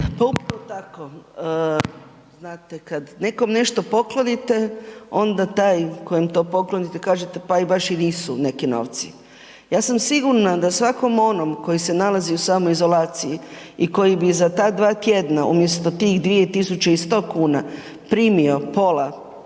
Pa upravo tako. Znate kad nekom nešto poklonite onda taj kojem to poklonite kažete, pa i baš nisu neki novci. Ja sam sigurna da svakom onom koji se nalazi u samoizolaciji i koji bi za ta dva tjedna umjesto tih 2.100,00 kn primio pola